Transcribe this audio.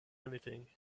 anything